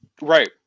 Right